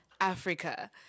Africa